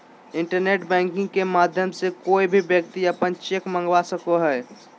internet banking के माध्यम से कोय भी व्यक्ति अपन चेक मंगवा सको हय